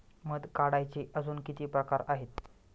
मध काढायचे अजून किती प्रकार आहेत?